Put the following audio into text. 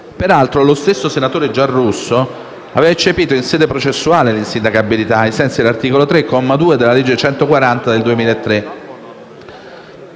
Peraltro, lo stesso senatore Giarrusso aveva eccepito in sede processuale l'insindacabilità, ai sensi dell'articolo 3, comma 2, della legge n. 140 del 2003.